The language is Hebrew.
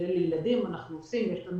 יש לנו